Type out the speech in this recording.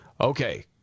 Okay